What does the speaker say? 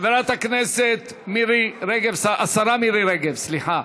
חברת הכנסת מירי רגב השרה מירי רגב, סליחה,